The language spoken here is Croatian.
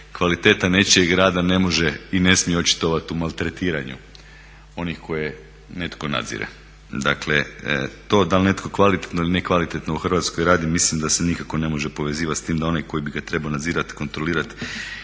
kvaliteta nečijeg rada ne može i ne smije očitovati u maltretiranju onih koje netko nadzire. Dakle to da li netko kvalitetno ili nekvalitetno u Hrvatskoj radi mislim da se nikako ne može povezivati s time da onaj koji bi ga trebao nadzirati, kontrolirati